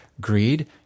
greed